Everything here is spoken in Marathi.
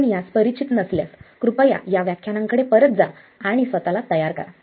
आपण यास परिचित नसल्यास कृपया या व्याख्यानांकडे परत जा आणि स्वत ला तयार करा